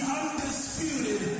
undisputed